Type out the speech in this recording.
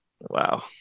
Wow